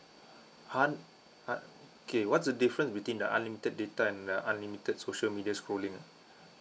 hun~ hun~ okay what's the difference between the unlimited data and unlimited social media scrolling ah